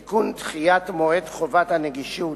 (תיקון, דחיית מועד חובת הנגישות),